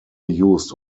used